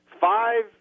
Five